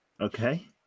okay